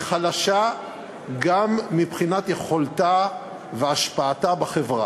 היא חלשה גם מבחינת יכולתה והשפעתה בחברה,